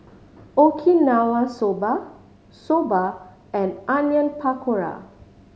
Okinawa Soba Soba and Onion Pakora